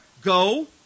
Go